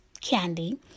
candy